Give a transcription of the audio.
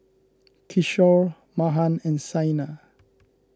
Kishore Mahan and Saina